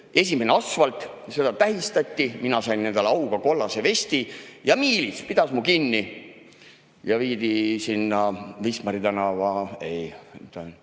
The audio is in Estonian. Esimene asfalt, ja seda tähistati. Mina sain endale auga kollase vesti. Miilits pidas mu kinni ja mind viidi sinna Wismari tänava